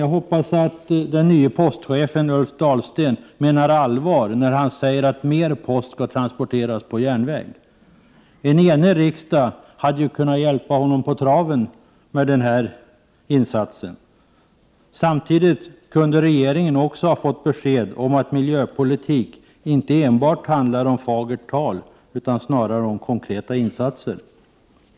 Jag hoppas att den nye postchefen Ulf Dahlsten menar allvar när han säger att mer post skall transporteras på järnväg. En enig riksdag hade kunnat hjälpa honom på traven med denna insats. Samtidigt kunde regeringen ha fått besked om att miljöpolitik inte enbart handlar om fagert tal utan snarare om konkreta insatser.